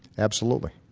absolutely.